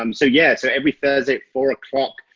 um so yeah, so every thursday at four o'clock,